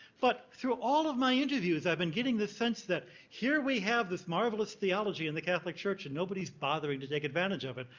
but through all of my interviews, i've been getting the sense that here we have this marvelous theology in the catholic church and nobody's bothering to take advantage of it.